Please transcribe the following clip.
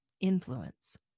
influence